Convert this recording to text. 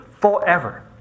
forever